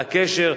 על הקשר,